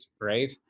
right